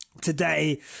today